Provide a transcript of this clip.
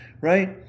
right